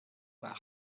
bas